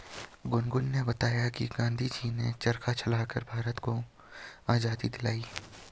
गुनगुन ने बताया कि गांधी जी ने चरखा चलाकर भारत को आजादी दिलाई